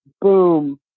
boom